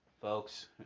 folks